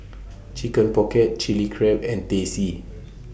Chicken Pocket Chilli Crab and Teh C